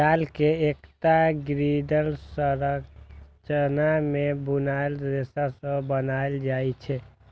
जाल कें एकटा ग्रिडक संरचना मे बुनल रेशा सं बनाएल जाइ छै